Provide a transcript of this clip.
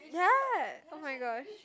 ya oh-my-god